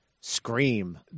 Scream